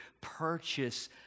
purchase